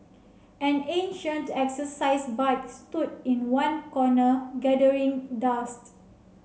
an ancient exercise bike stood in one corner gathering dust